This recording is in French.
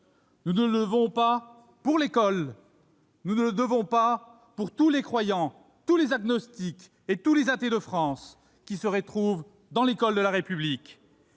Nous ne le devons pas pour l'école, mais aussi pour tous les croyants, tous les agnostiques et tous les athées de France qui se retrouvent dans cette école de la République.